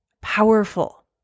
powerful